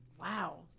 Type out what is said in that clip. Wow